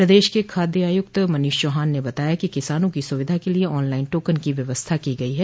प्रदेश के खाद्य आयुक्त मनीष चौहान ने बताया कि किसानों की सुविधा के लिए ऑन लाइन टोकन की व्यवस्था की गयी है